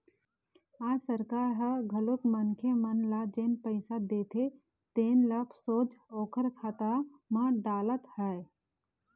आज सरकार ह घलोक मनखे मन ल जेन पइसा देथे तेन ल सोझ ओखर खाता म डालत हे